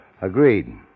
Agreed